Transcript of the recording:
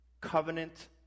Covenant